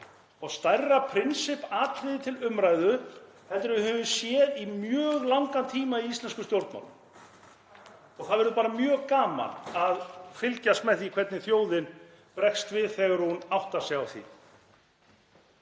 og stærra prinsippatriði til umræðu en við höfum séð í mjög langan tíma í íslenskum stjórnmálum. Það verður bara mjög gaman að fylgjast með því hvernig þjóðin bregst við þegar hún áttar sig á því.